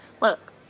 Look